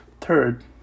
Third